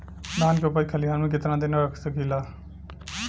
धान के उपज खलिहान मे कितना दिन रख सकि ला?